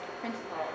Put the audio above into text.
principal